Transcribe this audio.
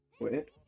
Wait